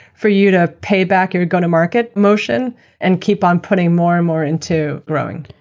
for you to pay back your going-to-market motion and keep um putting more and more into growing.